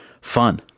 fun